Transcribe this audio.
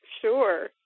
Sure